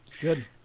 good